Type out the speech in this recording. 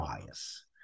bias